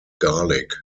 garlic